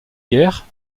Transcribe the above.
guerres